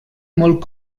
molt